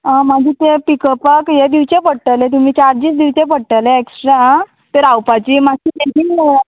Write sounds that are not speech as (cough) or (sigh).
आं मागी ते पिकअपाक हे दिवचे पडटले तुमी चार्जीस दिवचे पडटले एक्स्ट्रा आं ते रावपाची मात्शे (unintelligible)